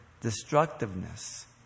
destructiveness